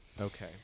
Okay